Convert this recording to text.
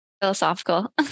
philosophical